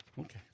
Okay